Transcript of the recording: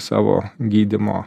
savo gydymo